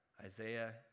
Isaiah